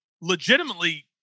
Legitimately